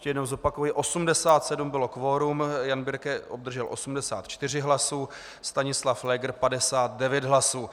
Ještě jednou zopakuji, 87 bylo kvorum, Jan Birke obdržel 84 hlasy, Stanislav Pfléger 59 hlasů.